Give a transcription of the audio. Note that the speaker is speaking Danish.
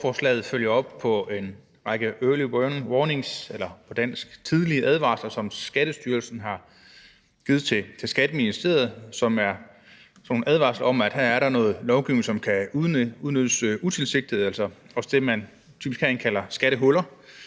Lovforslaget følger op på en række early warnings eller på dansk »tidlige advarsler«, som Skattestyrelsen har givet til Skatteministeriet, og som er nogle advarsler om, at der her er noget lovgivning, som – og det er utilsigtet – kan udnyttes, altså det, som man herinde også typisk kalder skattehuller.